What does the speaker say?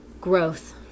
Growth